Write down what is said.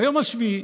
ביום השביעי